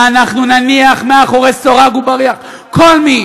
ואנחנו נניח מאחורי סורג ובריח כל מי